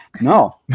No